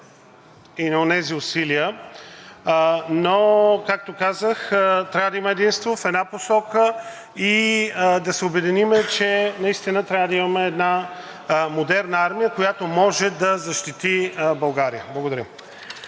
и на онези усилия. Но, както казах, трябва да има единство – в една посока, и да се обединим, че наистина трябва да имаме една модерна армия, която може да защити България. Благодаря.